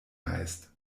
heißt